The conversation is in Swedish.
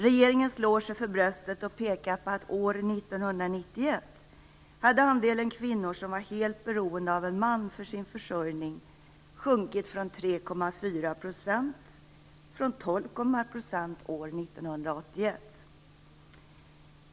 Regeringen slår sig för bröstet och pekar på att år 1991 hade andelen kvinnor som var helt beroende av en man för sin försörjning sjunkit till 3,4 % från 12,6 % år 1981.